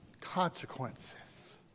consequences